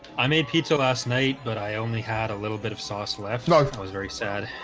i made pizza last night, but i only had a little bit of sauce left. no, i was very sad